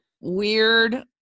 weird